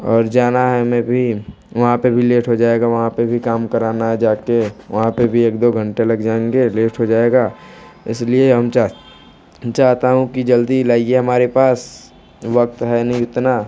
और जाना है हमें भी वहाँ पे भी लेट हो जाएगा वहाँ पे भी काम कराना है जा के वहाँ पे भी एक दो घंटे लग जाएँगे लेट हो जाएगा इसलिए हम चाहता हूँ कि जल्दी लाइए हमारे पास वक्त है नहीं उतना